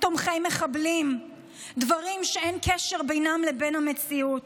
"תומכי מחבלים" דברים שאין קשר בינם לבין המציאות.